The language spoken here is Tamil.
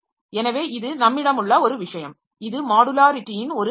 எனவே இது நம்மிடம் உள்ள ஒரு விஷயம் இது மாடுலாரிட்டியின் ஒரு நன்மை